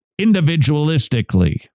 individualistically